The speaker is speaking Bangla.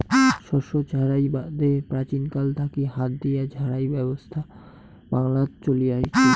শস্য ঝাড়াই বাদে প্রাচীনকাল থাকি হাত দিয়া ঝাড়াই ব্যবছস্থা বাংলাত চলি আচে